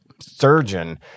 surgeon